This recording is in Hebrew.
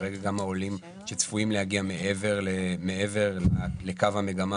כרגע גם העולים שצפויים להגיע מעבר לקו המגמה,